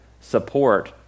Support